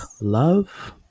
love